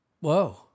Whoa